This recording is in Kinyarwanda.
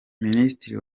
ministri